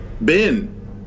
Ben